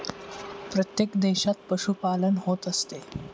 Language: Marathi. प्रत्येक देशात पशुपालन होत असते